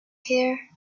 here